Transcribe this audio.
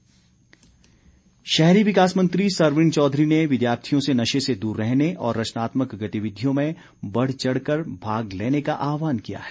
सरवीण चौधरी शहरी विकास मंत्री सरवीण चौधरी ने विद्यार्थियों से नशे से दूर रहने और रचनात्मक गतिविधियों में बढ़चढ़ कर भाग लेने का आहवान किया है